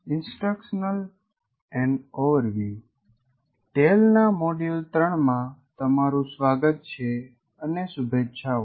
ટેલના module 3 માં તમારું સ્વાગત છે અને શુભેચ્છાઓ